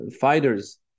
fighters